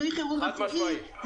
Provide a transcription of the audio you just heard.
חד משמעית.